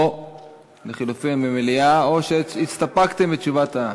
או לחלופין במליאה, או שהסתפקתם בתשובה?